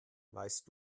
weißt